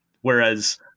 Whereas